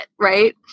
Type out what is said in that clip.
right